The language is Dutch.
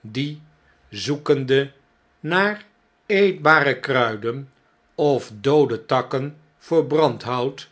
die zoekende naar eetbare kruiden of doode takken voor brandhout